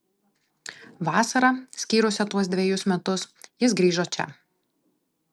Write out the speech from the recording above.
vasarą skyrusią tuos dvejus metus jis grįžo čia